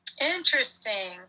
interesting